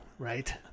Right